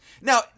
Now